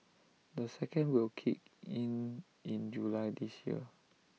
the second will kick in in July this year